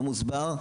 לא מוסבר,